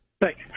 Thanks